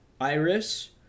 iris